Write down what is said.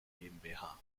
gmbh